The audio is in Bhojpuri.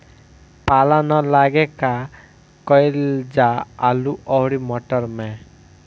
पाला न लागे का कयिल जा आलू औरी मटर मैं?